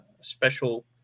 special